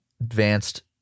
advanced